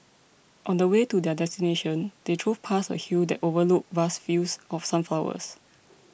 on the way to their destination they drove past a hill that overlooked vast fields of sunflowers